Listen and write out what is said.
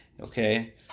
Okay